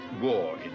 War